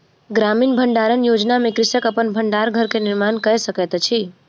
ग्रामीण भण्डारण योजना में कृषक अपन भण्डार घर के निर्माण कय सकैत अछि